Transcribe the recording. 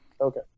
okay